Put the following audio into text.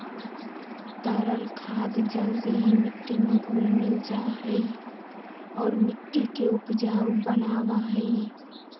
तरल खाद जल्दी ही मिट्टी में घुल मिल जाहई और मिट्टी के उपजाऊ बनावा हई